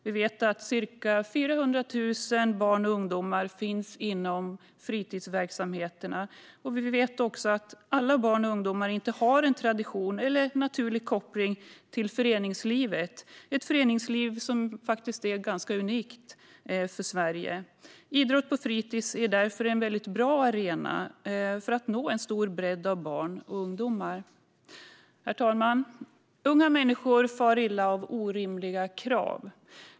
Vi vet att ca 400 000 barn och ungdomar finns inom fritidsverksamheterna, och vi vet också att inte alla barn och ungdomar har en tradition eller en naturlig koppling till föreningslivet, ett föreningsliv som faktiskt är ganska unikt för Sverige. Idrott på fritids är därför en väldigt bra arena för att nå en stor bredd av barn och ungdomar. Herr talman! Unga människor far illa av orimliga krav.